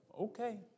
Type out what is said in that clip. Okay